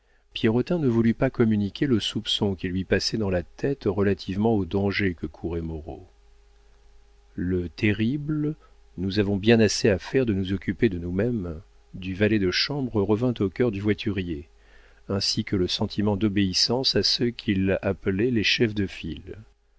ami pierrotin ne voulut pas communiquer le soupçon qui lui passait dans la tête relativement au danger que courait moreau le terrible nous avons bien assez à faire de nous occuper de nous-mêmes du valet de chambre revint au cœur du voiturier ainsi que le sentiment d'obéissance à ceux qu'il appelait les chefs de